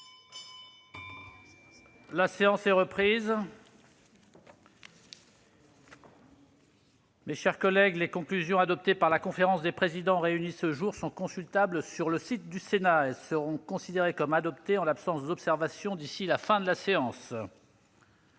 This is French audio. La séance est reprise. Les conclusions adoptées par la conférence des présidents réunie ce soir sont consultables sur le site du Sénat. Elles seront considérées comme adoptées en l'absence d'observations d'ici à la fin de la séance.-